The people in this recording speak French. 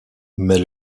mais